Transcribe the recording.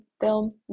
film